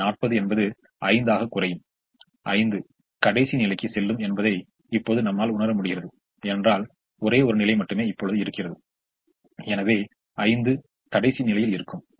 இந்த 40 என்பது 5 ஆக குறையும் 5 கடைசி நிலைக்கு செல்லும் என்பதை இப்போது நம்மால் உணர முடிகிறது ஏனென்றால் ஒரே ஒரு நிலை மட்டுமே இப்பொழுது இருக்கிறது எனவே 5 கடைசி நிலையில் இருக்கும்